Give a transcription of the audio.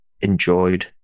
enjoyed